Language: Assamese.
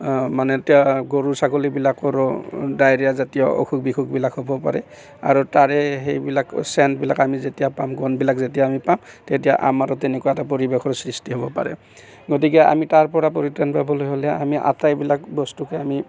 মানে এতিয়া গৰু ছাগলীবিলাকৰো ডায়েৰিয়া জাতিয় অসুখ বিসুখবিলাক হ'ব পাৰে আৰু তাৰে সেইবিলাক ছেণ্টবিলাক আমি যেতিয়া পাম গোন্ধবিলাক যেতিয়া আমি পাম তেতিয়া আমাৰো তেনেকুৱা এটা পৰিৱেশৰ সৃষ্টি হ'ব পাৰে গতিকে আমি তাৰপৰা পৰিত্ৰাণ পাবলৈ হ'লে আমি আটাইবিলাক বস্তুকে আমি